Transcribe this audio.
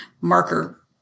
marker